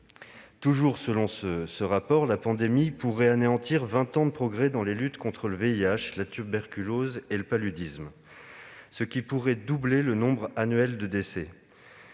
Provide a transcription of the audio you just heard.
toujours selon ce rapport, la pandémie pourrait anéantir vingt ans de progrès dans les luttes contre le VIH, la tuberculose et le paludisme, ce qui pourrait doubler le nombre annuel de décès.